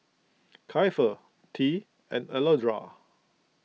Kiefer Tea and Alondra